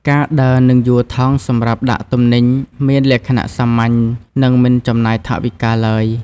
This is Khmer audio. ការដើរនិងយួរថង់សម្រាប់ដាក់ទំនិញមានលក្ខណៈសាមញ្ញនិងមិនចំណាយថវិកាឡើយ។